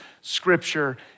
scripture